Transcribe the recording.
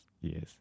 Yes